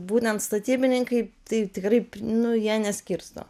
būtent statybininkai tai tikrai pr nu jie neskirsto